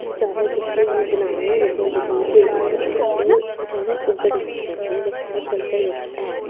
जादै जेह्के है'न जनानियां जेह्कियां है'न ओह् जादा ओह्का डांस करदियां जेह्का साढ़े कल्चर बिच ऐ